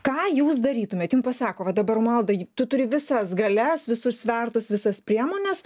ką jūs darytumėt jum pasako va dabar romualda tu turi visas galias visus svertus visas priemones